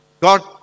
God